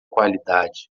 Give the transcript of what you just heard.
qualidade